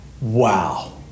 Wow